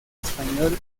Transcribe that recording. español